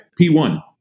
p1